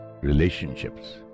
relationships